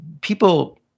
people